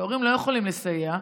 שההורים לא יכולים לסייע,